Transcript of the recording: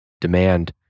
demand